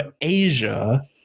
Asia